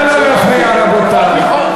נא לא להפריע, רבותי.